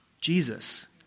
Jesus